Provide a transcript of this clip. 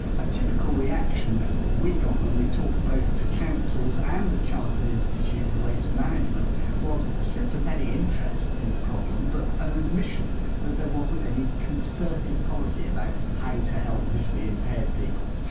a typical reaction we got when we talked both to councils and the chartered institute of waste management was a sympathetic interest in the problem but an admission that there wasn't any concerted policy about how to help visually impaired people.